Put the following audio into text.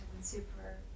super